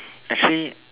actually